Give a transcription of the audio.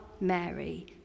Mary